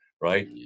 right